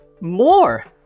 more